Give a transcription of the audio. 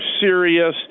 serious